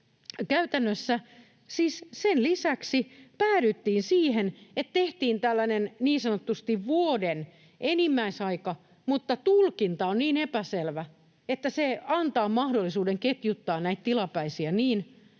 Käytännössä siis sen lisäksi päädyttiin siihen, että tehtiin tällainen niin sanotusti vuoden enimmäisaika, mutta tulkinta on niin epäselvä, että se antaa mahdollisuuden ketjuttaa näitä tilapäisiä niin,